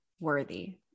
worthy